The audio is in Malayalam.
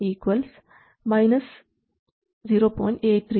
83 V എന്നാണുള്ളത്